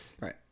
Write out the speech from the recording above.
Right